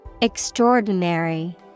Extraordinary